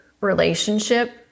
relationship